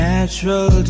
Natural